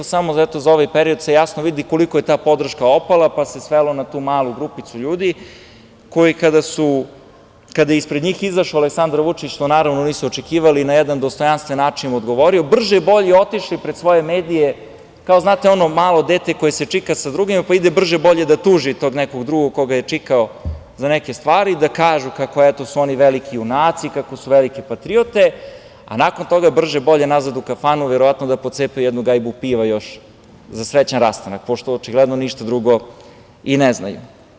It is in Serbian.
Za ovaj period se jasno vidi koliko je ta podrška opala, pa se svelo na tu malu grupicu ljudi koji, kada je ispred njih izašao Aleksandar Vučić, što naravno nisu očekivali, na jedan dostojanstven način im je odgovorio, su brže bolje otišli pred svoje medije, znate ono - malo dete koje se čika sa drugima, pa ide brže bolje da tuži tog nekog drugog koga je čikao za neke stvari, da kažu kako su oni veliki junaci, kako su velike patriote, a nakon toga, brže bolje, nazad u kafanu, verovatno da pocepaju jednu gajbu piva za srećan rastanak, pošto očigledno ništa drugo i ne znaju.